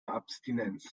abstinenz